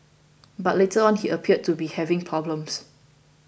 but later on he appeared to be having problems